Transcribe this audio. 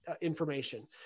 information